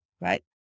right